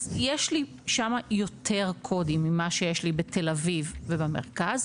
אז יש לי שם יותר קודים ממה שיש לי בתל אביב ובמרכז,